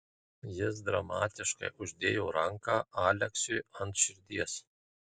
jis dramatiškai uždėjo ranką aleksiui ant širdies